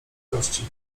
kości